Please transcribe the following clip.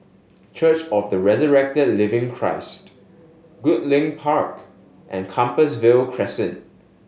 Church of the Resurrected Living Christ Goodlink Park and Compassvale Crescent